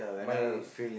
mine is